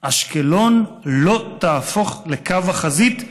"אשקלון לא תהפוך לקו החזית.